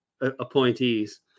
appointees